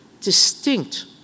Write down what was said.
distinct